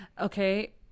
okay